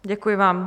Děkuji vám.